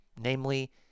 namely